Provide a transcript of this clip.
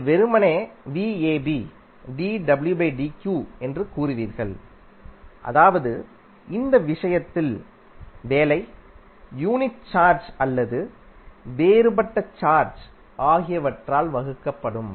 நீங்கள் வெறுமனே என்று கூறுவீர்கள் அதாவதுஇந்த விஷயத்தில் வேலை யூனிட் சார்ஜ் அல்லது வேறுபட்ட சார்ஜ் ஆகியவற்றால் வகுக்கப்படும்